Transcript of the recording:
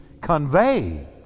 convey